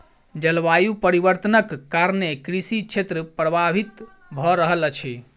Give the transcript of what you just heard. जलवायु परिवर्तनक कारणेँ कृषि क्षेत्र प्रभावित भअ रहल अछि